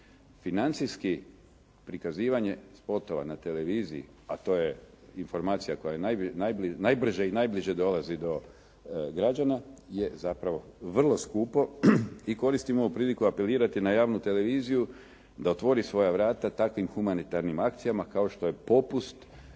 Financijski prikazivanje spotova na televiziji, a to je informacija koja najbrže i najbliže dolazi do građana je zapravo vrlo skupo i koristim ovu priliku apelirati na javnu televiziju da otvori svoja vrata takvim humanitarnim akcijama kao što je popust